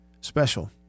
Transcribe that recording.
special